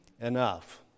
enough